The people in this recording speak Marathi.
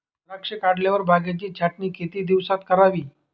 द्राक्षे काढल्यावर बागेची छाटणी किती दिवसात करावी?